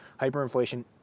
Hyperinflation